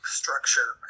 structure